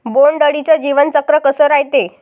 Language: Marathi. बोंड अळीचं जीवनचक्र कस रायते?